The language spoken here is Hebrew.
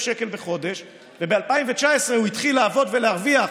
שקל בחודש וב-2019 הוא התחיל לעבוד ולהרוויח,